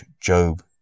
Job